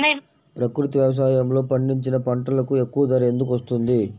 ప్రకృతి వ్యవసాయములో పండించిన పంటలకు ఎక్కువ ధర ఎందుకు వస్తుంది?